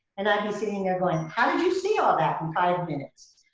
and i'd be sitting there going, how did you see all that in five minutes?